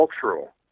cultural